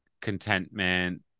Contentment